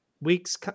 weeks